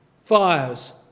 Fires